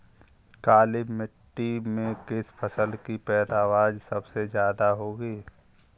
काली मिट्टी में किस फसल की पैदावार सबसे ज्यादा होगी?